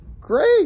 great